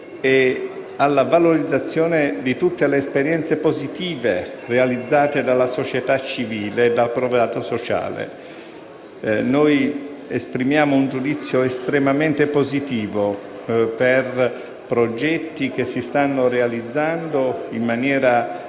e alla valorizzazione di tutte le esperienze positive realizzate dalla società civile. Noi esprimiamo un giudizio estremamente positivo per progetti che si stanno realizzando in maniera